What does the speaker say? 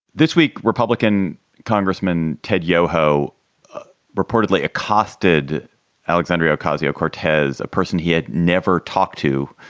this week, republican congressman ted yoho reportedly accosted alexandria ocasio cortez, a person he had never talked to,